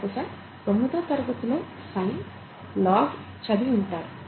బహుశా తొమ్మిదో తరగతిలో సైన్ లాగ్ చదివుంటారు